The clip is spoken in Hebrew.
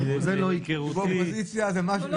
שאלה בבקשה.